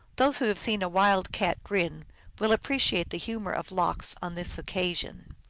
those who have seen a wild cat grin will appreciate the humor of lox on this occasion.